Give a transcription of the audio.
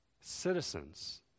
citizens